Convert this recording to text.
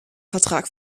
vertrag